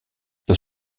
dans